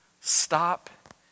stop